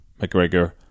McGregor